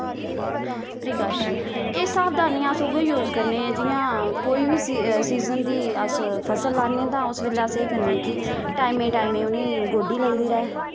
precaution एह् सावधानी अस उ'ऐ यूस करने जि'यां कोई वी सिजन दी अस फसल लान्ने न तां उस बेल्लै अस एह् करने कि टाईमे टाईमे उने गोड्डी लगदी रैह्